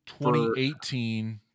2018